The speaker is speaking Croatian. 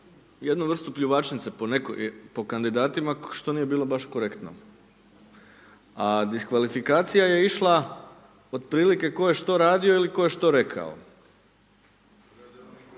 jednu vrstu pljuvačnice, po kandidatima, što nije bilo baš korektno. A diskvalifikacija je išla, otprilike tko je što radio ili tko je što rekao.